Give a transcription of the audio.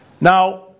Now